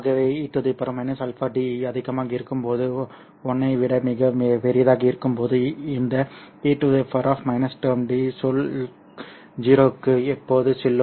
ஆகவே e αd அதிகமாக இருக்கும்போது 1 ஐ விட மிகப் பெரியதாக இருக்கும்போது இந்த e termd சொல் 0 க்கு எப்போது செல்லும்